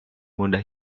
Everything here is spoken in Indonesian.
mudah